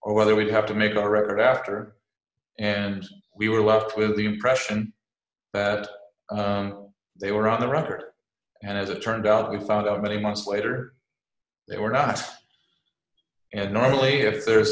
or whether we'd have to make a record after and we were left with the impression that they were on the record and as it turned out we found out many months later they were not and normally if there